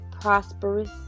prosperous